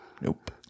Nope